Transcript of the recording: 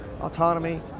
autonomy